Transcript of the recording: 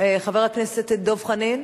חבר הכנסת דב חנין,